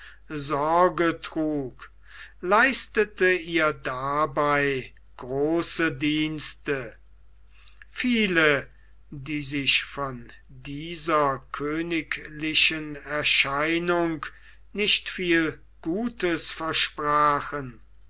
sorge trug leistete ihr dabei große dienste viele die sich von dieser königlichen erscheinung nicht viel gutes versprachen